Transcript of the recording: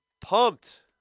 pumped